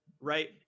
right